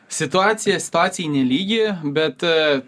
situacija situacijai nelygi bet